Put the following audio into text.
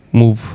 move